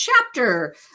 chapter